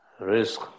risk